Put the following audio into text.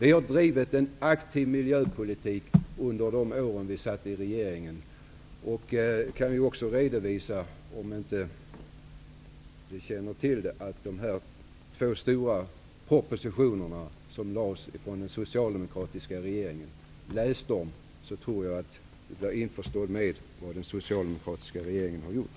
Vi har drivit en aktiv miljöpolitik under våra år i regeringen. Om inte Max Montalvo känner till det kan jag upplysa om att två stora propositioner lades fram av den socialdemokratiska regeringen. Läs dem! Då tror jag att Max Montalvo blir införstådd med vad den socialdemokratiska regeringen har gjort.